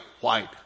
white